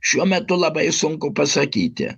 šiuo metu labai sunku pasakyti